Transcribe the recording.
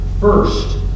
first